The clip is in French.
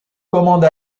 commande